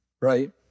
right